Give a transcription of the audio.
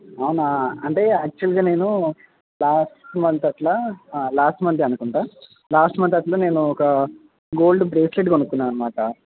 అవునా అంటే యాక్చువల్గా నేను లాస్ట్ మంత్ అలా ఆ లాస్ట్ మంతే అనుకుంట లాస్ట్ మంత్ అట్లా నేను ఒక గోల్డ్ బ్రేస్లెట్ కొనుక్కున్న అనమాట